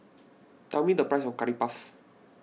tell me the price of Curry Puff